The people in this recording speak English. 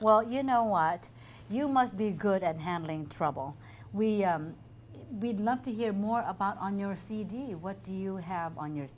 well you know what you must be good at handling trouble we would love to hear more about on your cd what do you have on your